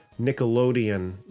nickelodeon